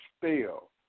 spell